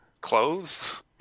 clothes